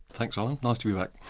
thanks, alan, nice to be like